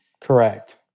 Correct